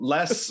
Less